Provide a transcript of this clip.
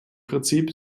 prinzip